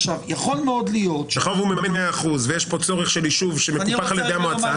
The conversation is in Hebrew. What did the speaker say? עכשיו הוא מממן מאה אחוז ויש פה צורך של יישוב שמקופח על ידי המועצה,